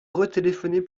retéléphoner